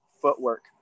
footwork